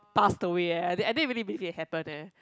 passed away eh I I didn't even believe it happened eh